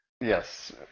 yes